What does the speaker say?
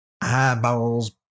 eyeballs